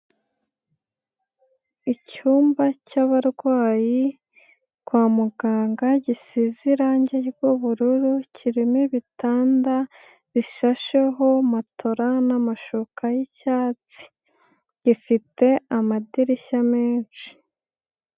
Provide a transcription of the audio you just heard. Icyumba cy'abarwayi kwa muganga gisize irangi ry'ubururu kirimo ibitanda bishasheho matora n'amashoka y'icyatsi gifite amadirishya menshi.